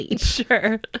Sure